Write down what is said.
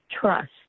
trust